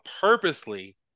purposely